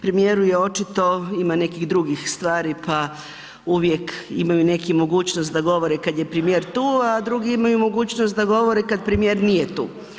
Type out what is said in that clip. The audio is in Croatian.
Premijeru je očito, ima nekih drugih stvari, pa uvijek imaju neki mogućnost da govore kad je premijer tu, a drugi imaju mogućnost da govore kad premijer nije tu.